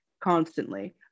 constantly